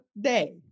day